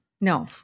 No